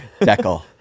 Deckle